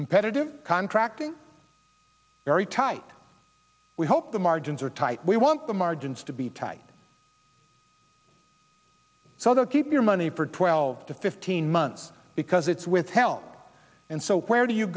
competitive contracting very tight we hope the margins are tight we want the margins to be tight so keep your money for twelve to fifteen months because it's withheld and so where do you